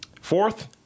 Fourth